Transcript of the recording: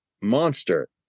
monster